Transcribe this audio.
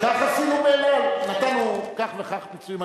כך עשינו ב"אל על" נתנו כך וכך פיצויים,